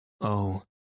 Oh